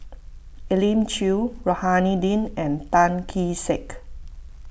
Elim Chew Rohani Din and Tan Kee Sek